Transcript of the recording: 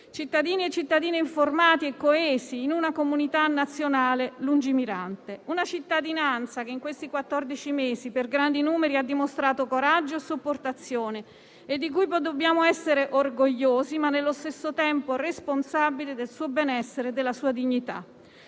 Cittadine e cittadini informati e coesi in una comunità nazionale lungimirante. Una cittadinanza che in questi quattordici mesi, per grandi numeri, ha dimostrato coraggio e sopportazione e di cui dobbiamo essere orgogliosi e del cui benessere e della cui dignità